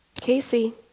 Casey